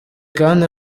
kandi